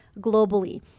globally